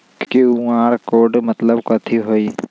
QR code के मतलब कथी होई?